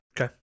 Okay